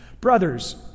Brothers